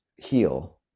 heal